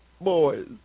Boys